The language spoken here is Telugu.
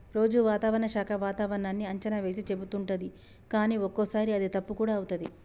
రోజు వాతావరణ శాఖ వాతావరణన్నీ అంచనా వేసి చెపుతుంటది కానీ ఒక్కోసారి అది తప్పు కూడా అవుతది